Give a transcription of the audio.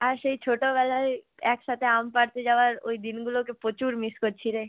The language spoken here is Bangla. আর সেই ছোটবেলায় একসাথে আম পাড়তে যাওয়ার ওই দিনগুলোকে প্রচুর মিস করছি রে